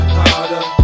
harder